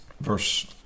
verse